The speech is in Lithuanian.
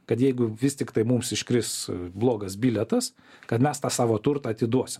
kad jeigu vis tiktai mums iškris blogas bilietas kad mes tą savo turtą atiduosim